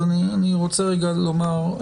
אז אני רוצה רגע לומר.